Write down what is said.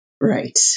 Right